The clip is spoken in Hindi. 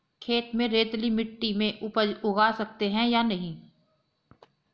खेत में रेतीली मिटी में उपज उगा सकते हैं या नहीं?